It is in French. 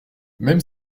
même